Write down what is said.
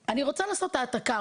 אני רוצה לעשות העתקה,